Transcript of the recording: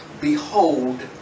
Behold